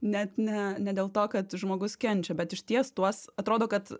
net ne ne dėl to kad žmogus kenčia bet išties tuos atrodo kad